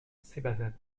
cébazat